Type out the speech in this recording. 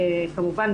כמובן,